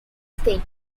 state